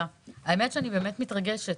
האמת היא שאני באמת מתרגשת.